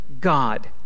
God